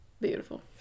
beautiful